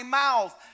mouth